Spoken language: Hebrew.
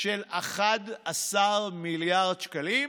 של 11 מיליארד שקלים,